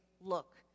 look